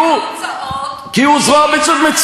כי הוא זרוע ביצועית.